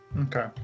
Okay